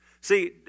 See